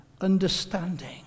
understanding